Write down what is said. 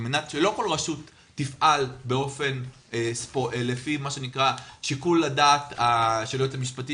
על מנת שלא כל רשות תפעל לפי שיקול הדעת של היועץ המשפטי,